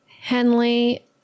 Henley